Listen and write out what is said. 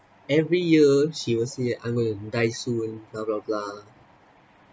every year she will say I'm going to die soon blah blah blah